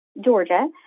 Georgia